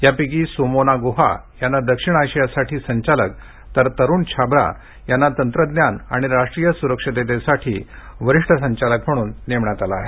यापैकी सुमोना गुहा यांना दक्षिण आशियासाठी संचालक तर तरुण छाब्रा यांना तंत्रज्ञान आणि राष्ट्रीय सुरक्षिततेसाठी वरिष्ठ संचालक म्हणून नेमण्यात आलं आहे